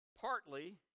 partly